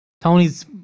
Tony's